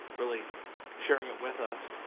really sharing it with us.